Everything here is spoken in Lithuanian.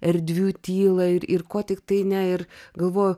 erdvių tylą ir ir ko tiktai ne ir galvoju